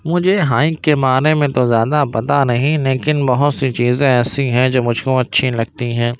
مجھے ہائیک کے بارے میں تو زیادہ پتہ نہیں لیکن بہت سی چیزیں ایسی ہیں جو مجھ کو اچھی لگتی ہیں